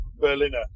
berliner